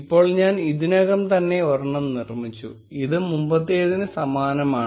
ഇപ്പോൾ ഞാൻ ഇതിനകം തന്നെ ഒരെണ്ണം നിർമിച്ചു ഇത് മുമ്പത്തേതിന് സമാനമാണ്